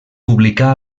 publicà